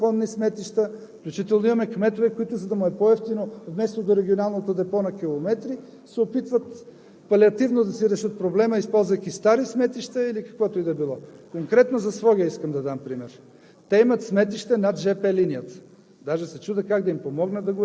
да изхвърляме отпадъци на определените за целта места, да не правим незаконни сметища. Включително имаме кметове, на които, за да им е по-евтино, вместо до регионалното депо на километри, се опитват палеативно да си решат проблема, използвайки стари сметища или каквото и да било. Конкретно за Своге искам да дам пример.